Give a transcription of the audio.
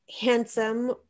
handsome